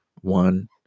one